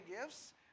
gifts